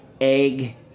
egg